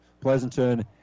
Pleasanton